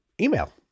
email